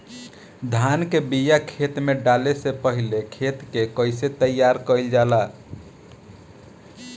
धान के बिया खेत में डाले से पहले खेत के कइसे तैयार कइल जाला?